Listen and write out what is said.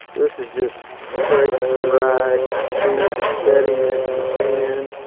just straight drag, be as steady you can,